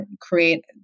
create